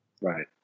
Right